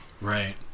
right